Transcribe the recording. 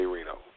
Reno